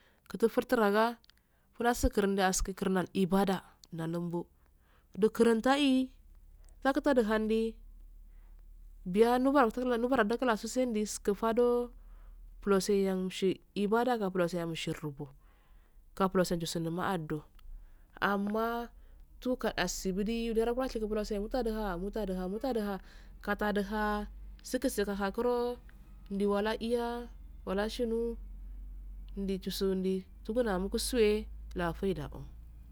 Laudufurfulaga flaslarnda puclar ndal ibada nandombbo ndu kuratai tatuduhar ndee biya dwanso sende ikufadoo bulosee nshe ibadagubula ase mshurugu kuflose dusubndu maadu amma tukadsibudii yorogwashego bulansingado ha ungadduha silau sidu hado ha guro ndo waleiyaa washiboo ndujusu ndi gugu da musundis tuguda mugsuwee lafodao.